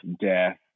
death